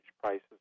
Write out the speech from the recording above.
prices